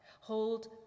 Hold